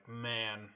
man